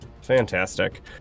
Fantastic